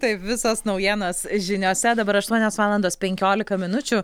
taip visas naujienas žiniose dabar aštuonios valandos penkiolika minučių